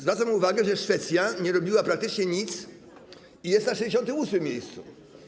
Zwracam uwagę na to, że Szwecja nie robiła praktycznie nic i jest na 68. miejscu.